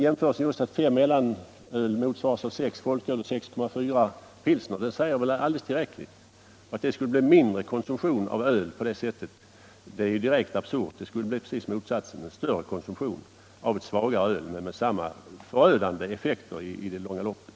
Jämförelsen att fem mellanöl motsvaras av sex folköl och 6,4 pilsner säger väl alldeles tillräckligt. Tanken att konsumtionen av öl skulle bli mindre på det sättet är direkt absurd — det skulle bli raka motsatsen, en större konsumtion av ett svagare öl men med samma förödande effekter i det långa loppet.